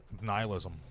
Nihilism